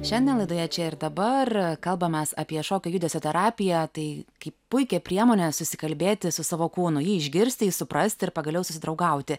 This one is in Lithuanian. šiandien laidoje čia ir dabar kalbamės apie šokio judesio terapiją tai kaip puikią priemonę susikalbėti su savo kūnu jį išgirsti jį suprasti ir pagaliau susidraugauti